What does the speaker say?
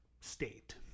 state